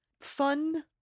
fun